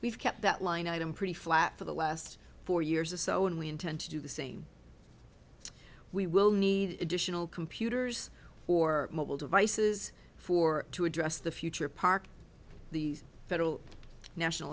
we've kept that line item pretty flat for the last four years or so and we intend to do the same we will need additional computers or mobile devices for to address the future park the federal national